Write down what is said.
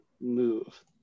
move